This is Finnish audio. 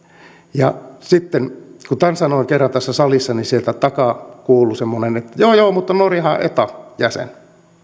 ja sitten kun tämän sanoin kerran tässä salissa niin sieltä takaa kuului semmoinen että joo joo mutta norjahan on eta jäsen